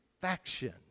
Faction